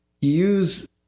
use